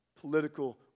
political